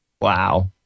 Wow